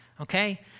Okay